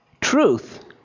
Truth